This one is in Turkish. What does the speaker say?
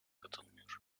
katılmıyor